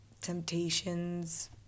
temptations